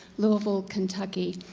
louisville, kentucky.